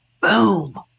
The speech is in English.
boom